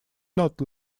not